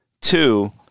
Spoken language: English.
Two